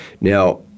Now